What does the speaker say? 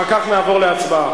ואחר כך נעבור להצבעה.